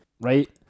right